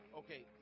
okay